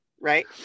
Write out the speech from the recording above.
Right